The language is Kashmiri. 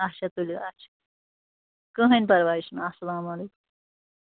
اَچھا تُلِو اَچھا کٕہٕنۍ پَرواے چھُنہٕ اَسلامُ علیکُم